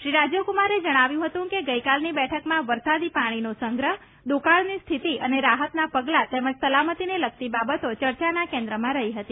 શ્રી રાજીવકુમારે જણાવ્યું હતું કે ગઇકાલની બેઠકમાં વરસાદી પાણીનો સંગ્રહ દુકાળની સ્થિતિ અને રાહતના પગલા તેમજ સલામતીને લગતી બાબતો યર્ચાના કેન્દ્રમાં રહી હતી